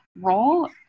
role